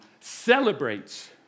celebrates